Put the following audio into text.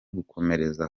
gukomereza